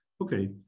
Okay